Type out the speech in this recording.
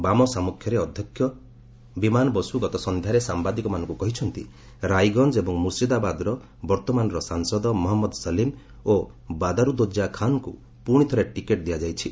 ବାମ ସାମ୍ପୁଖ୍ୟର ଅଧ୍ୟକ୍ଷ ବିମାନ ବସ୍ତ ଗତସନ୍ଧ୍ୟାରେ ସାମ୍ଭାଦିକମାନଙ୍କୁ କହିଛନ୍ତି ରାଇଗଞ୍ଜ ଏବଂ ମୁର୍ସିଦାବାଦର ବର୍ତ୍ତମାନର ସାଂସଦ ମହମ୍ମଦ ସଲିମ୍ ଓ ବଦାରୁଦ୍ଦୋଜା ଖାନ୍ଙ୍କୁ ପୁଣି ଥରେ ଟିକେଟ୍ ଦିଆଯାଇଛି